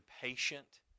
patient